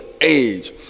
age